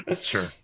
Sure